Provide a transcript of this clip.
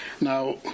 Now